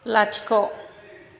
लाथिख'